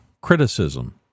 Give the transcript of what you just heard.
criticism